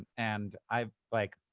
and i've, like,